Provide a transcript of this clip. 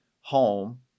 home